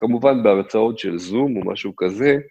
כמובן בהרצאות של זום או משהו כזה.